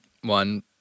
one